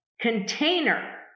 container